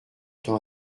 tend